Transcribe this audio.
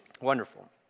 Wonderful